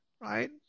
right